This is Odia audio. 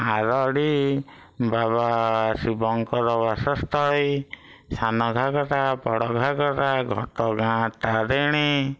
ଆରଡ଼ି ବାବା ଶିବଙ୍କର ବାସସ୍ଥଳୀ ସାନ ଘାଗରା ବଡ଼ ଘାଗରା ଘଟଗାଁ ତାରିଣୀ